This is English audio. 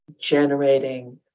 generating